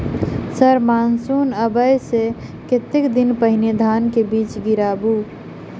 Sir monsoon आबै सऽ कतेक दिन पहिने धान केँ बीज गिराबू?